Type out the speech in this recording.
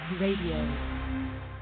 Radio